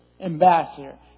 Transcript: ambassador